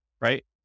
right